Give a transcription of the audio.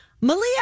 Malia